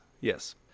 Yes